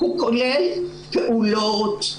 הוא כולל פעולות,